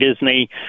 Disney